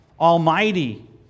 almighty